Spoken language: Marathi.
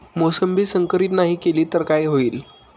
मोसंबी संकरित नाही केली तर काय होईल?